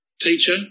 teacher